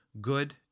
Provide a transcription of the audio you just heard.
good